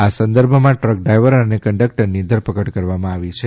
આ સંદર્ભમાં truck driver અને કંડકટરની ધરપકડ કરી છે